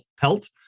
pelt